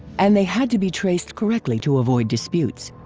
and they had to be traced correctly to avoid disputes.